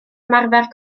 ymarfer